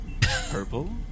Purple